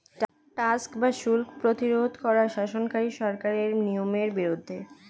tax বা শুল্ক প্রতিরোধ করা শাসনকারী সরকারের নিয়মের বিরুদ্ধে